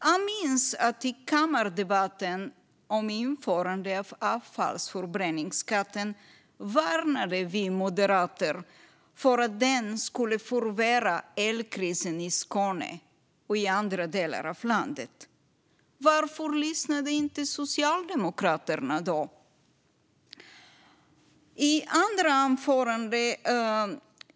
Jag minns att vi moderater i kammardebatten om införande av avfallsförbränningsskatten varnade för att den skulle förvärra elkrisen i Skåne och andra delar av landet. Varför lyssnade inte Socialdemokraterna då?